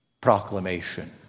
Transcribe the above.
proclamation